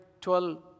12